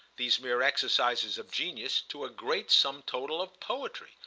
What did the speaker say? these mere exercises of genius, to a great sum total of poetry,